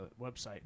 website